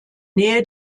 nähe